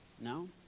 No